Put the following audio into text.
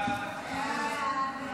ההצעה להעביר